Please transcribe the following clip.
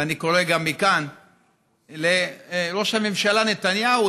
ואני קורא גם מכאן לראש הממשלה נתניהו,